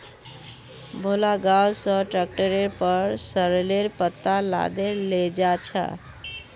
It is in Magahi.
भोला गांव स ट्रैक्टरेर पर सॉरेलेर पत्ता लादे लेजा छ